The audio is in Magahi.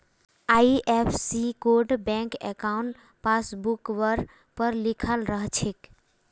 आई.एफ.एस.सी कोड बैंक अंकाउट पासबुकवर पर लिखाल रह छेक